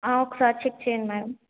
ఒక్కసారి చెక్ చేయండి మేడం